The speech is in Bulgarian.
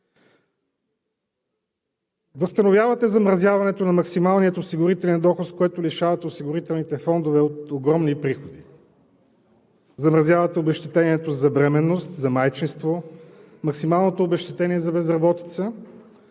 Възстановявате замразяването на максималния осигурителен доход, с което лишавате осигурителните фондове от огромни приходи. Замразявате обезщетението за бременност, за майчинство, максималното обезщетение за безработица,